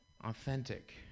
Authentic